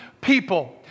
people